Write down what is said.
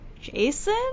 Jason